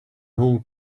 whole